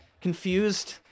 confused